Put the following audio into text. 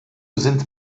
sind